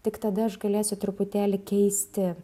tik tada aš galėsiu truputėlį keisti